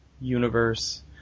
universe